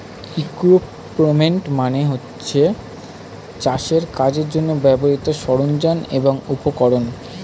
equipment মানে হচ্ছে চাষের কাজের জন্যে ব্যবহৃত সরঞ্জাম এবং উপকরণ